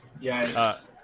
Yes